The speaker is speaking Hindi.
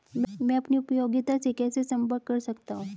मैं अपनी उपयोगिता से कैसे संपर्क कर सकता हूँ?